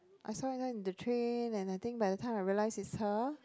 I saw her in the train and I think by the time I realize it's her